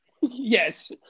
Yes